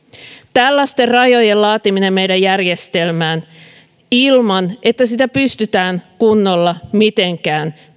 tällaisten rajojen laatiminen meidän järjestelmään ilman että sitä pystytään mitenkään